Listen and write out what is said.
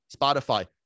Spotify